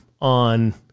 on